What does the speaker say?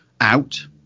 out